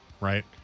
right